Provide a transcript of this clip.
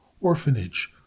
orphanage